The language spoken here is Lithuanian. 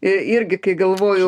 irgi kai galvojau